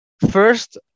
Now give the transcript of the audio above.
First